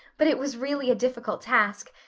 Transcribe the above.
but it was really a difficult task.